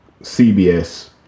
CBS